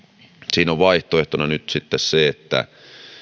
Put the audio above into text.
siinä on vaihtoehtona nyt sitten se että